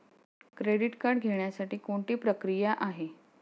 Credit card घेण्यासाठी कोणती प्रक्रिया आहे?